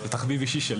זה תחביב אישי שלי.